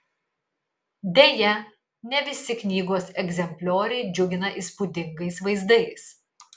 deja ne visi knygos egzemplioriai džiugina įspūdingais vaizdais